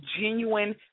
genuine